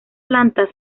planta